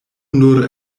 nur